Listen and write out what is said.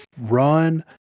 Run